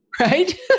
Right